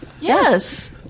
Yes